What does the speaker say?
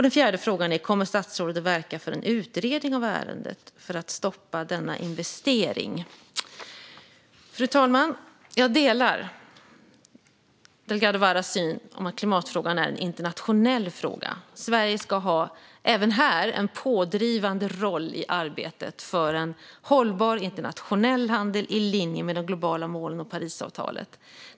Den fjärde frågan är: Kommer statsrådet att verka för en utredning av ärendet för att stoppa denna investering? Fru talman! Jag delar Delgado Varas syn att klimatfrågan är en internationell fråga. Sverige ska även här ha en pådrivande roll i arbetet för en hållbar internationell handel i linje med de globala målen och Parisavtalet.